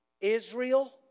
Israel